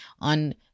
on